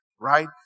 right